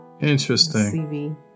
Interesting